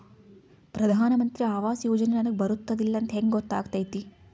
ಪ್ರಧಾನ ಮಂತ್ರಿ ಆವಾಸ್ ಯೋಜನೆ ನನಗ ಬರುತ್ತದ ಇಲ್ಲ ಅಂತ ಹೆಂಗ್ ಗೊತ್ತಾಗತೈತಿ?